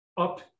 up